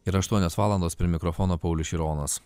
yra aštuonios valandos prie mikrofono paulius šironas